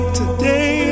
today